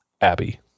Abby